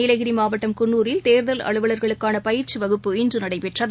நீலகிரிமாவட்டம் குன்னூரில் தேர்தல் அலுவலர்களுக்கானபயிற்சிவகுப்பு இன்றுநடைபெற்றது